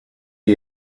are